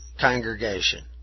congregation